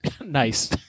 Nice